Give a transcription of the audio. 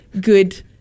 good